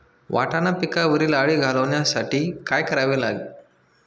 वाटाणा पिकावरील अळी घालवण्यासाठी काय करावे?